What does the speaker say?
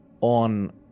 on